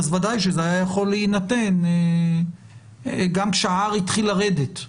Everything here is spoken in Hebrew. אז ודאי שזה היה יכול להינתן גם כשה-R התחיל לרדת.